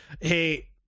hey